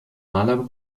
maler